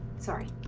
sorry,